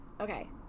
okay